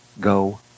go